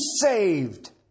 saved